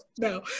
No